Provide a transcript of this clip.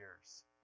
years